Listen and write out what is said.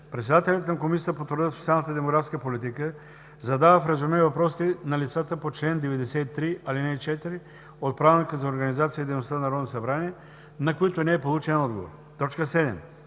Председателят на Комисията по труда, социалната и демографската политика задава в резюме въпросите на лицата по чл. 93, ал. 4 от Правилника за организацията и дейността на Народното събрание, на които не е получен отговор. 7.